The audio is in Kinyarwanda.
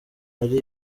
ari